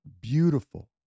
beautiful